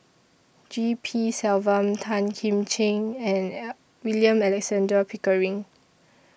G P Selvam Tan Kim Ching and William Alexander Pickering